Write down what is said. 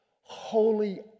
holy